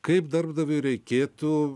kaip darbdaviui reikėtų